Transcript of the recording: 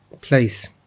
place